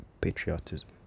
patriotism